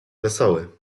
wesoły